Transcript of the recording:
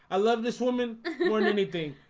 i love this woman want anything,